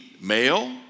male